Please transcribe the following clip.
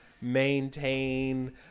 maintain